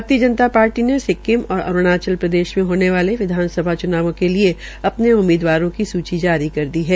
भारतीय जनता पार्टी ने सिक्किम और अरूणाचल प्रदेश मे होने वाले विधानसभा च्नावों के लिये अपने उम्मीदवारों की सूची जारी कर दी है